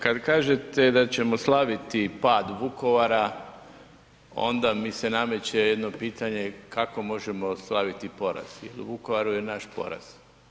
Kad kažete da ćemo slaviti pad Vukovara onda mi se nameće jedno pitanje kako možemo slaviti poraz, jer u Vukovaru je naš poraz.